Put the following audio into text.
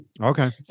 okay